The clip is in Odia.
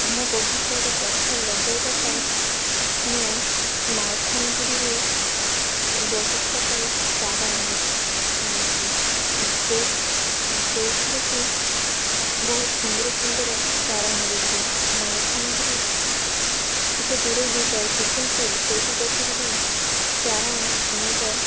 ଆମ ବଗିଚାରେ ଗଛ ଲଗାଇବା ପାଇଁ ମୁଁ ମାଲକାନଗିରିରୁ ବଗିଚା ପାଇଁ ଚାରା ଆଣି ଆଣୁଛି ଯେଉଁ ଯେଉଁଥିରେ କିି ବହୁତ ସୁନ୍ଦର ସୁନ୍ଦର ଚାରା ମିଳୁଛି ମାଲକାନଗିରି ଟିକେ ଦୂର ହୋଇଯାଉଛି କିନ୍ତୁ ସେଇଠି ଯାଇକି ଯଦି ଚାରା ଅଣାଯାଏ